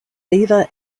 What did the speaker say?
beaver